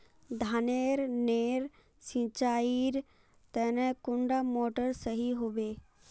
धानेर नेर सिंचाईर तने कुंडा मोटर सही होबे?